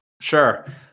Sure